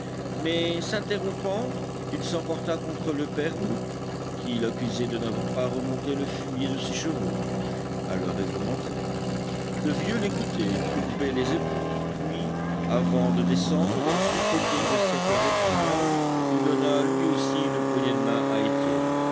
mais s'interrompant il s'emporta contre le père mouque qu'il accusait de n'avoir pas remonté le fumier de ses chevaux à l'heure réglementaire le vieux l'écoutait courbait les épaules puis avant de descendre suffoqué de cette réprimande il donna lui aussi une poignée de main à étienne